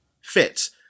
fits